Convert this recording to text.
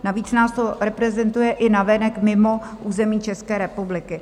Navíc nás to reprezentuje i navenek, mimo území České republiky.